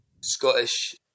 Scottish